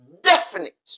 definite